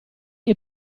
ihr